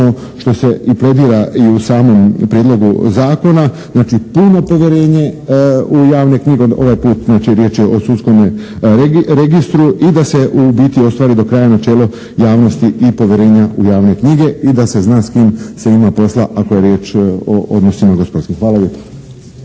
što se i pledira i u samom prijedlogu zakona. Znači, puno povjerenje u javne knjige, ovaj put riječ je o sudskom registru i da se u biti ostvari do kraja načelo javnosti i povjerenja u javne knjige i da se zna s kim se ima posla ako je riječ o odnosima gospodarskim. Hvala